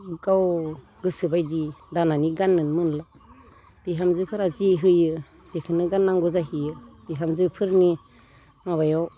गाव गोसोबायदि दानानै गाननोनो मोनला बिहामजोफोरा जि होयो बेखौनो गाननांगौ जाहैयो बिहामजोफोरनि माबायाव